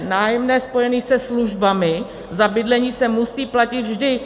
Nájemné spojené se službami za bydlení se musí platit vždy.